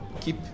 keep